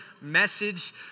message